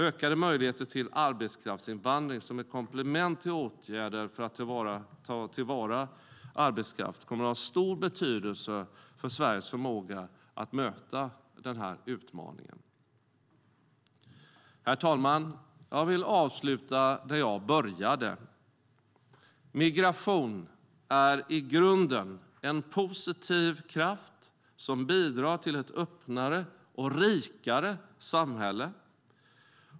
Ökade möjligheter till arbetskraftsinvandring som ett komplement till åtgärder för att ta till vara arbetskraft kommer att ha stor betydelse för Sveriges förmåga att möta den här utmaningen. Herr talman! Jag vill avsluta där jag började. Migration är i grunden en positiv kraft som bidrar till ett öppnare och rikare samhälle.